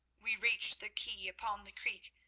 we reached the quay upon the creek,